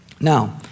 Now